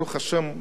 נכון להיום,